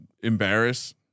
Embarrass